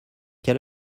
quel